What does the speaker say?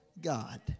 God